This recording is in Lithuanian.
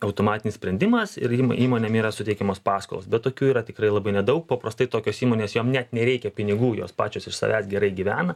automatinis sprendimas ir įmonėm yra suteikiamos paskolos bet tokių yra tikrai labai nedaug paprastai tokios įmonės jom net nereikia pinigų jos pačios iš savęs gerai gyvena